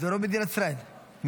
זה רוב מדינת ישראל כרגע.